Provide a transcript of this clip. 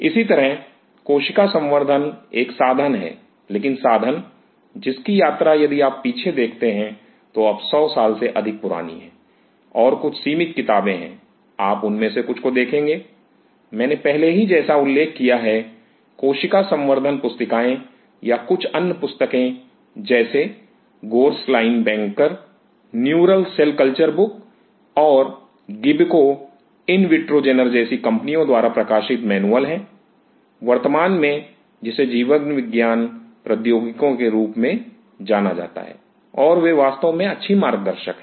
इसी तरह कोशिका संवर्धन एक साधन है लेकिन साधन जिसकी यात्रा यदि आप पीछे देखते हैं तो अब 100 साल से अधिक पुरानी है और कुछ सीमित किताबें हैं आप उनमें से कुछ को देखेंगे मैंने पहले ही जैसा उल्लेख किया है Refer Time 0411 कोशिका संवर्धन पुस्तिकाएं या कुछ अन्य पुस्तकें जैसे Goslin Banker neural cell culture book और गिबको इनविट्रोजेनर जैसी कंपनियों द्वारा प्रकाशित मैनुअल हैं वर्तमान में जिसे जीवन विज्ञान प्रौद्योगिकियों के रूप में जाना जाता है और वे वास्तव में अच्छी मार्गदर्शक हैं